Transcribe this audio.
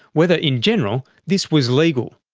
whether in general this was legal.